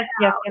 Yes